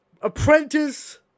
Apprentice